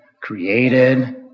created